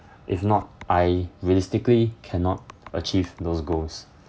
if not I realistically cannot achieve those goals